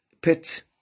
Pit